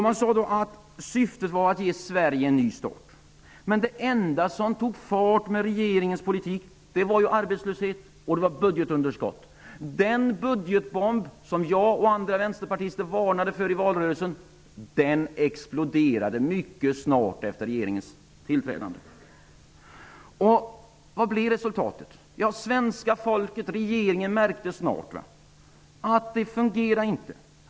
Man sade att syftet var att ge Sverige en ny start, men det enda som tog fart med regeringens politik var ju arbetslöshet och budgetunderskott. Den budgetbomb som jag och andra vänsterpartister varnade för i valrörelsen exploderade mycket snart efter regeringens tillträdande. Vad blev resultatet? Svenska folket och regeringen märkte snart att politiken inte fungerade.